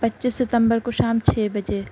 پچیس ستمبر کو شام چھ بجے